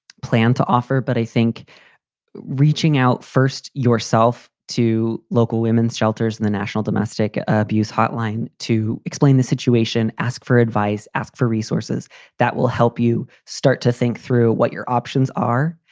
plan to offer, but i think reaching out first yourself to local women's shelters in the national domestic abuse hotline to explain the situation. ask for advice. ask for resources that will help you start to think through what your options are.